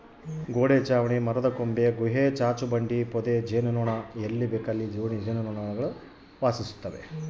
ಗೋಡೆ ಚಾವಣಿ ಮರದಕೊಂಬೆ ಗುಹೆ ಚಾಚುಬಂಡೆ ಪೊದೆ ಜೇನುನೊಣಸುತ್ತುವ ಜಾಗ ಸುತ್ತುವರಿದ ರಚನೆ ಜೇನುನೊಣಗಳ ಅಂಗಳ